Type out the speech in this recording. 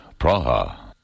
Praha